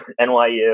NYU